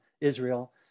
Israel